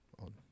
on